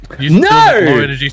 No